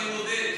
אני מודה,